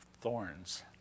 thorns